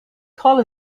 call